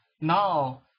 now